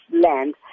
land